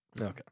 Okay